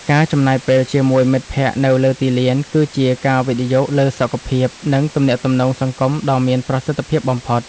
ការចំណាយពេលជាមួយមិត្តភក្តិនៅលើទីលាន គឺជាការវិនិយោគលើសុខភាព និងទំនាក់ទំនងសង្គមដ៏មានប្រសិទ្ធភាពបំផុត។